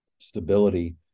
stability